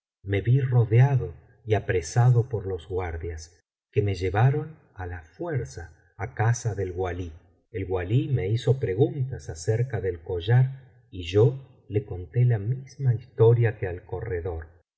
me vi rodeado y apresado por los guardias que me llevaron á la fuerza á casa del walí y el walí me hizo preguntas acerca del collar y yo le conté la misma historia que al corredor